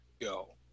go